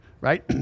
right